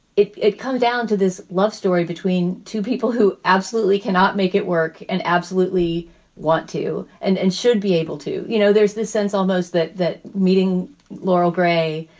it it come down to this love story between two people who absolutely cannot make it work and absolutely want to and and should be able to. you know, there's this sense almost that that meeting laurel gray,